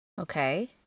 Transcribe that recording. Okay